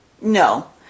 No